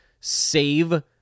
save